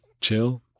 chill